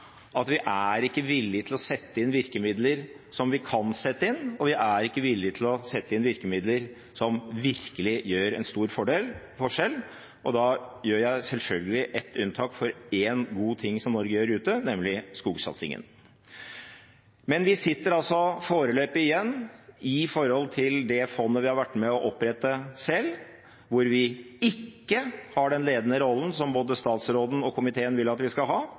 at vi ikke er villige til å sette inn virkemidler som vi kan sette inn, og ikke er villige til å sette inn virkemidler som virkelig gjør en stor forskjell. Da gjør jeg selvfølgelig et unntak for én god ting som Norge gjør ute, nemlig skogsatsingen. Når det gjelder det fondet som vi har vært med på å opprette selv, har vi ikke den ledende rollen som både statsråden og komiteen vil at vi skal ha,